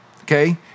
okay